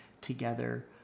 together